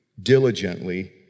diligently